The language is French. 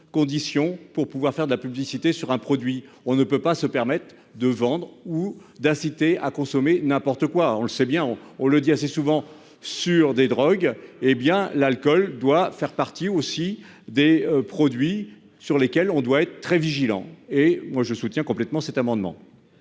conditions pour pouvoir faire de la publicité sur un produit, on ne peut pas se permettre de vendre ou d'inciter à consommer n'importe quoi, on le sait bien, on le dit assez souvent sur des drogues. Eh bien l'alcool doit faire partie aussi des produits sur lesquels on doit être très vigilant et moi je soutiens complètement cet amendement.